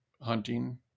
hunting